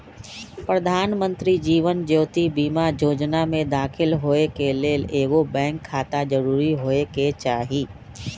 प्रधानमंत्री जीवन ज्योति बीमा जोजना में दाखिल होय के लेल एगो बैंक खाता जरूरी होय के चाही